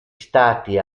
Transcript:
stati